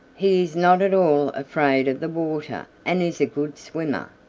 he is not at all afraid of the water and is a good swimmer.